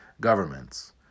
governments